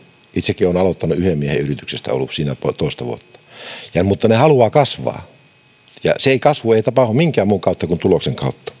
itsekin olen aloittanut yhden miehen yrityksestä ja ollut siinä toista vuotta mutta ne haluavat kasvaa se kasvu ei tapahdu minkään muun kuin tuloksen kautta